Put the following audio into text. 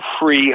free